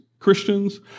Christians